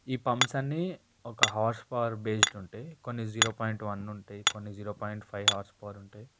ఈ పంప్స్ అన్ని ఒక హార్స్ పవర్ బేస్డ్ ఉంటాయి కొన్ని జీరో పాయింట్ వన్ ఉంటయి కొన్ని zero point five horsepower ఉంటాయి